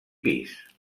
pis